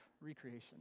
Recreation